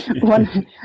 One